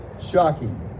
shocking